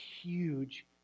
huge